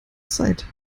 zeit